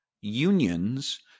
unions